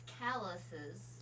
Calluses